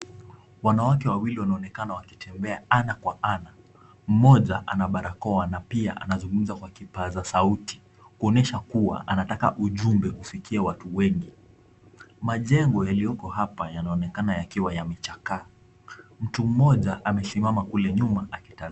Wanawake wawili wanaoneka wakitembea ana kwa ana mmoja ana barakoa pia anazungumza kwa kipaza sauti kuonyesha kua anataka ujumbe ufikie watu wengi, majengo yaliyoko hapa yanaonekana kuwa yamechakaa, mtu mmoja anaonekana amesiamama kule nyuma akitazama.